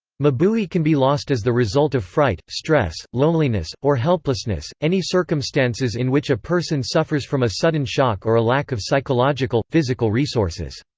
mabui can be lost as the result of fright, stress, loneliness, or helplessness, any circumstances in which a person suffers from a sudden shock or a lack of psychological physical resources.